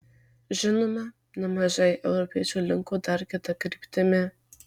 žinoma nemažai europiečių linko dar kita kryptimi